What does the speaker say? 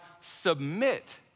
submit